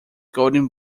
golden